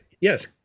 yes